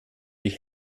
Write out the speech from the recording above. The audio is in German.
ich